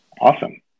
awesome